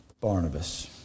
Barnabas